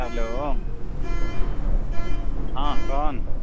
hello ହଁ କହନ୍